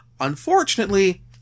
unfortunately